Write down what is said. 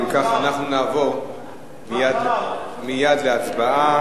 אם כך, אנחנו נעבור מייד להצבעה.